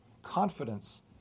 confidence